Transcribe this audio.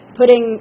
putting